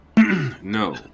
No